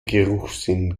geruchssinn